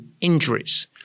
injuries